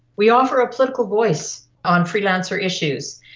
we offer a political voice on freelancer issues.